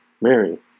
Mary